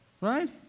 Right